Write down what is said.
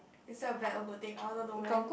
is that a bad or good thing I wonder no man